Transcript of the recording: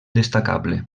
destacable